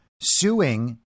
suing